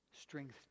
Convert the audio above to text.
strength